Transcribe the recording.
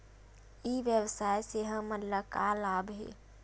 ई व्यवसाय से हमन ला का लाभ हे?